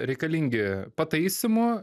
reikalingi pataisymų